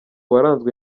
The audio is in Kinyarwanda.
waranzwe